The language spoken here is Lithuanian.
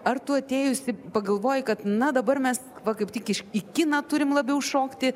ar tu atėjusi pagalvoji kad na dabar mes va kaip tik į kiną turim labiau šokti